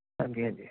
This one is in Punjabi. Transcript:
ਹਾਂਜੀ ਹਾਂਜੀ